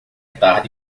tarde